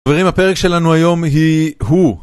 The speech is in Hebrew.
חברים הפרק שלנו היום היא הוא